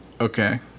Okay